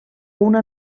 una